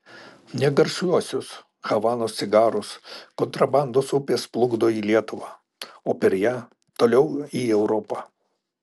ne garsiuosius havanos cigarus kontrabandos upės plukdo į lietuvą o per ją toliau į europą